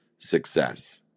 success